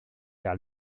vers